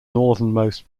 northernmost